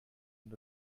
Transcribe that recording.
and